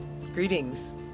Greetings